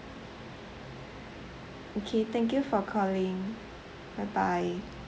okay thank you for calling bye bye